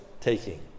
taking